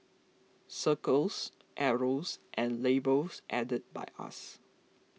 circles arrows and labels added by us